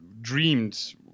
dreamed